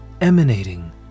emanating